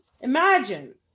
imagine